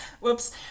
whoops